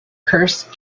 cursed